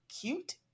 cute